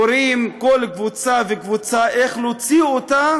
קוראים כל קבוצה וקבוצה, איך להוציא אותה